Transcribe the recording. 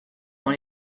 dans